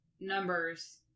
numbers